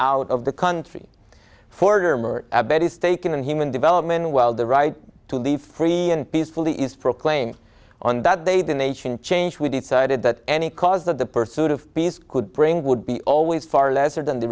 out of the country for a bed is taken in human development while the right to be free and peacefully is proclaim on that day the nation change we decided that any cause that the pursuit of peace could bring would be always far lesser than the